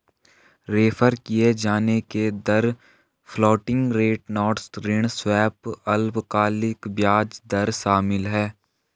refer किये जाने की दर फ्लोटिंग रेट नोट्स ऋण स्वैप अल्पकालिक ब्याज दर शामिल है